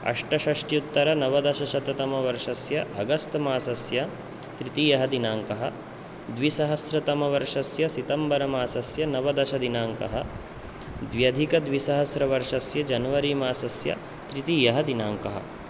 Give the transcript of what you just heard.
अष्टशष्ट्युत्तरनवदशशततमवर्षस्य August मासस्य तृतीयः दिनाङ्कः द्विसहस्रतमवर्षस्य सेप्टम्बरमासस्य नवदशदिनाङ्कः द्व्यधिकद्विसहस्रवर्षस्य जनवरिमासस्य तृतीयः दिनाङ्कः